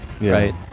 right